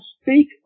speak